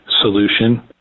solution